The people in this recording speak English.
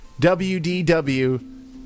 WDW